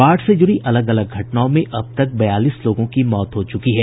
बाढ़ से जुड़ी अलग अलग घटनाओं में अब तक बयालीस लोगों की मौत हो चूकी है